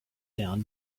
down